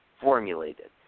formulated